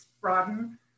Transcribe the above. broaden